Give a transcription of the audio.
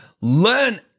Learn